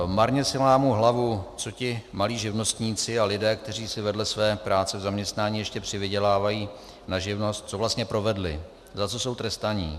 Marně si lámu hlavu, co ti malí živnostníci a lidé, kteří si vedle své práce v zaměstnání ještě přivydělávají na živnost, co vlastně provedli, za co jsou trestaní.